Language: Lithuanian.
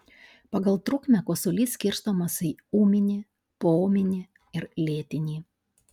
pagal trukmę kosulys skirstomas į ūminį poūminį ir lėtinį